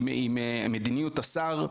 כמו עם מדיניות השר,